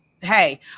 hey